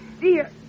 dear